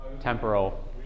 temporal